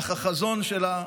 אך החזון שלה,